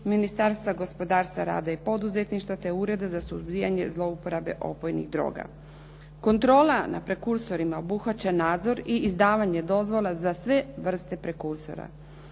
Ministarstva gospodarstva, rada i poduzetništva, te Ureda za suzbijanje zlouporabe opojnih droga. Kontrola na prekursorima obuhvaća nadzor i izdavanje dozvola za sve vrste prekursora.